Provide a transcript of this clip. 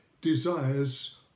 desires